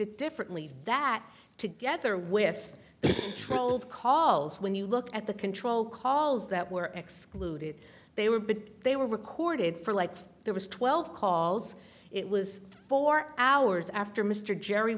it differently that together with the trold calls when you look at the control calls that were excluded they were but they were recorded for like there was twelve calls it was four hours after mr jerry